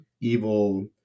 evil